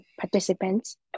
participants